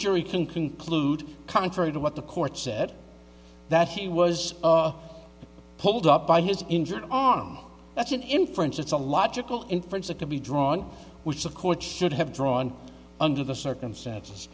jury can conclude contrary to what the court said that he was pulled up by his injured arm that's an inference it's a logical inference that could be drawn which of course should have drawn under the circumstances